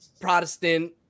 Protestant